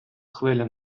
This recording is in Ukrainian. хвиля